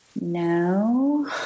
no